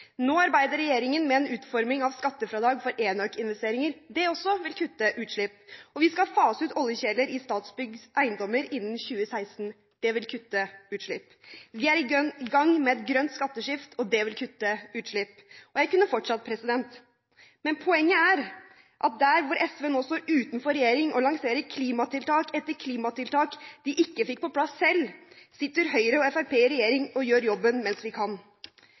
Nå arbeider regjeringen med en utforming av skattefradrag for enøkinvesteringer, det også vil kutte utslipp. Vi skal fase ut oljekjeler i Statsbyggs eiendommer innen 2016, det vil kutte utslipp. Og vi er i gang med et grønt skatteskifte, det vil kutte utslipp. Jeg kunne fortsatt, men poenget er at mens SV nå står utenfor regjering og lanserer klimatiltak etter klimatiltak de ikke fikk på plass selv, sitter Høyre og Fremskrittspartiet i regjering og gjør jobben mens vi kan.